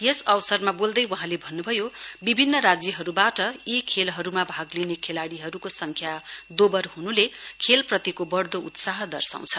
यस अवसरमा बोल्दै वहाँले भन्नुभयो विभिन्न राज्यहरुवाट यी खेलहरुमा भाग लिने खेलाड़ीहरुको संख्या दोवर हुनुले खेलप्रतिको वढ़दो उत्साह दर्शाउँछ